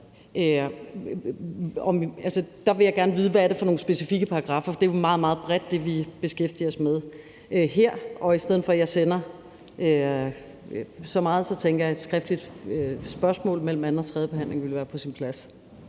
der vil jeg gerne vide, hvad det er for nogle specifikke paragraffer. Det, vi beskæftiger os med her, er jo meget, meget bredt. Så i stedet for at jeg sender så meget tænker jeg, at et skriftligt spørgsmål mellem anden- og tredjebehandlingen ville være på sin plads.